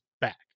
back